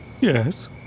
Yes